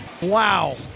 Wow